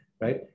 right